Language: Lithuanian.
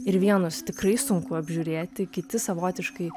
ir vienus tikrai sunku apžiūrėti kiti savotiškai